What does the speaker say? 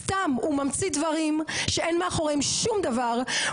סתם הוא ממציא דברים שאין מאחוריהם שום דבר,